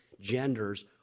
genders